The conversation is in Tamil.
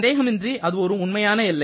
சந்தேகமின்றி அது ஒரு உண்மையான எல்லை